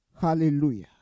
Hallelujah